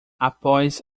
após